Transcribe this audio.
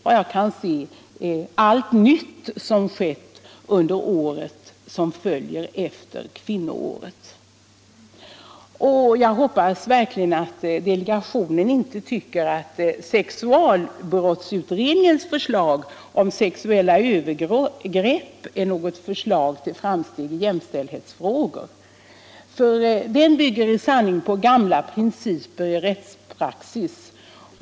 Vad jag kan sc är det allt nytt som skett under året som följer efter kvinnoåret. Jag hoppas verkligen att delegationen inte tycker att sexualbrottsutredningens förslag om sexuella övergrepp är något förslag till framsteg i jämställdhetsfrågor. Den bvgger i sanning på gamla principer i rättspraxis.